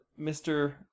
mr